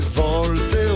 volte